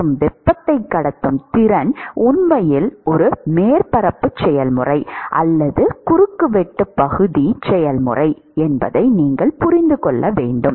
மற்றும் வெப்பத்தை கடத்தும் திறன் உண்மையில் ஒரு மேற்பரப்பு செயல்முறை அல்லது குறுக்கு வெட்டு பகுதி செயல்முறை என்பதை நீங்கள் புரிந்து கொள்ள வேண்டும்